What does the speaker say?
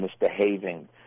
misbehaving